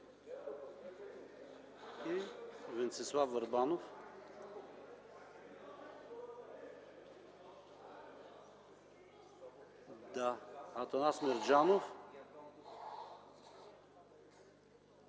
Венцислав Върбанов, Атанас Мерджанов,